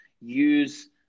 use